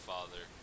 Father